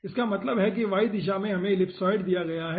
तो इसका मतलब है कि y दिशा में हमें इलिप्सॉइड दिया गया है